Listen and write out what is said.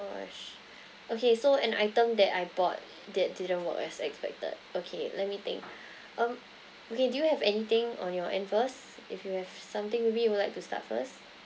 gosh okay so an item that I bought that didn't work as expected okay let me think um okay do you have anything on your end first if you have something maybe you'd like to start first